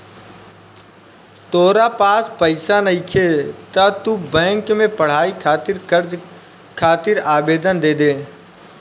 तोरा पास पइसा नइखे त तू बैंक में पढ़ाई खातिर कर्ज खातिर आवेदन दे दे